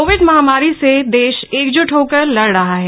Covid महामारी से देश एकजुट होकर लड़ रहा है